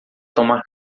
tomar